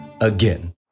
again